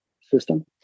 system